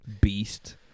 beast